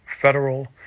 Federal